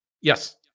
Yes